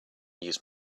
use